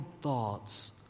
thoughts